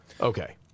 Okay